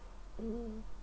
mm